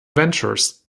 ventures